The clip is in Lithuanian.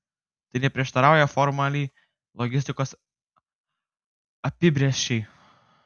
tai neprieštarauja formaliai logistikos apibrėžčiai